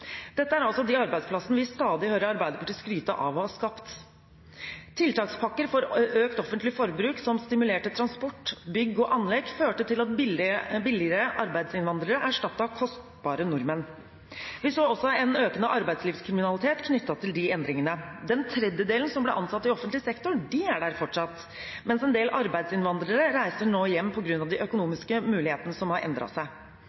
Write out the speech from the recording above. Dette er altså de arbeidsplassene vi stadig hører Arbeiderpartiet skryte av å ha skapt. Tiltakspakker for økt offentlig forbruk som stimulerer til transport, bygg og anlegg, førte til at billigere arbeidsinnvandrere erstattet kostbare nordmenn. Vi så også en økende arbeidslivskriminalitet knyttet til de endringene. Den tredjedelen som ble ansatt i offentlig sektor, de er der fortsatt, mens en del arbeidsinnvandrere nå reiser hjem på grunn av de økonomiske mulighetene som har endret seg.